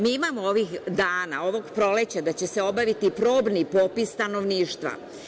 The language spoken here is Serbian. Mi imamo ovih dana, ovog proleća da će se obaviti probni popis stanovništva.